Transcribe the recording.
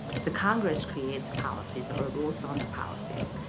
the congress creates policies or votes on the policies.